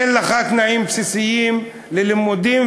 אין לך תנאים בסיסיים ללימודים,